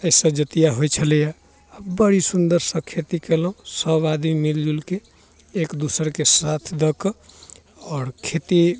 एहिसँ जोतिआ होइ छलैए आओर बड़ी सुन्दरसँ खेती केलहुँ सब आदमी मिलजुलिके एक दोसरके साथ दऽ कऽ आओर खेती